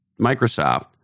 Microsoft